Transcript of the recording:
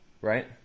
Right